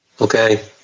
Okay